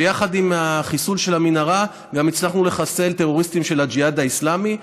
שיחד עם החיסול של המנהרה גם הצלחנו לחסל טרוריסטים של הג'יהאד האסלאמי,